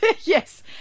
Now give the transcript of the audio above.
Yes